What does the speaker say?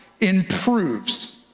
improves